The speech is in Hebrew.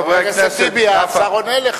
הכנסת טיבי, השר עונה לך.